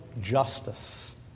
justice